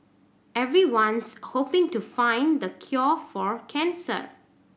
everyone's hoping to find the cure for cancer